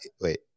wait